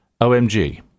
OMG